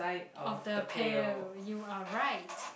of the pail you are right